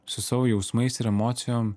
su savo jausmais ir emocijom